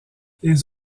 les